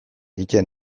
egiten